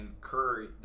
Curry